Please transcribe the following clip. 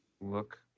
look